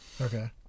Okay